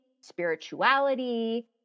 spirituality